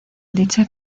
dicha